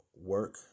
work